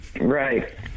Right